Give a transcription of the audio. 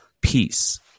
peace